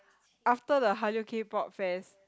after the hallyu k-pop fest